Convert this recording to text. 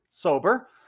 sober